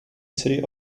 city